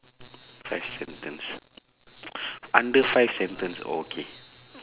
five sentence under five sentence okay